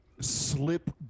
slip